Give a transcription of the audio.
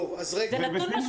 זאת הנשירה.